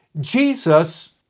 Jesus